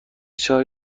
چای